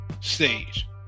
stage